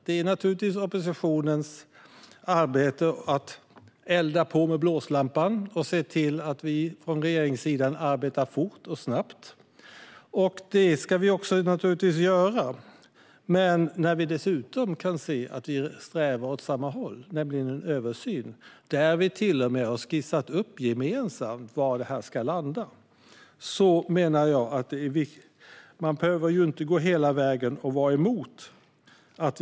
Det är naturligtvis oppositionens arbete att elda på med blåslampan och se till att vi från regeringssidan arbetar snabbt, och det ska vi naturligtvis göra. Men när vi kan se att vi strävar åt samma håll, nämligen mot en översyn där vi till och med gemensamt har skissat upp var den ska landa, menar jag att man inte behöver gå hela vägen och vara emot detta.